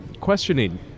questioning